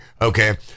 okay